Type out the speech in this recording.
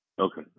Okay